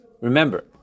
Remember